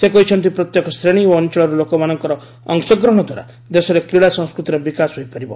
ସେ କହିଛନ୍ତି ପ୍ରତ୍ୟେକ ଶ୍ରେଣୀ ଓ ଅଞ୍ଚଳର ଲୋକମାନଙ୍କ ଅଂଶଗ୍ରହଣ ଦ୍ୱାରା ଦେଶରେ କ୍ରୀଡ଼ା ସଂସ୍କୃତିର ବିକାଶ ହୋଇପାରିବ